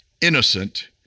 innocent